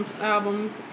album